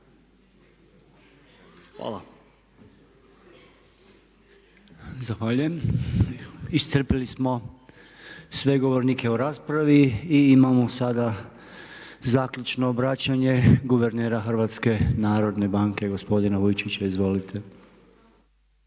Zahvaljujem. Iscrpili smo sve govornike u raspravi i imamo sada zaključno obraćanje guvernera Hrvatske narodne banke gospodina Vujčića. Izvolite.